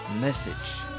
message